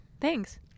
Thanks